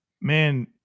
Man